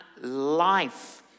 life